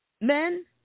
men